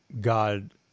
God